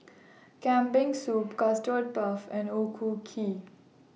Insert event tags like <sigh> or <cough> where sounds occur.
<noise> Kambing Soup Custard Puff and O Ku Kueh